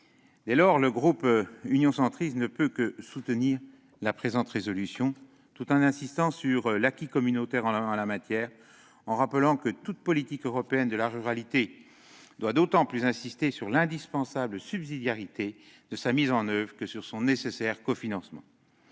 Dès lors, le groupe Union Centriste ne peut que soutenir la présente proposition de résolution, tout en insistant sur l'acquis communautaire en la matière et en rappelant que toute politique européenne de la ruralité doit d'autant plus insister sur l'indispensable subsidiarité de sa mise en oeuvre que sur son nécessaire cofinancement.